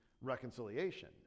reconciliation